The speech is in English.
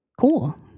Cool